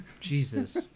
Jesus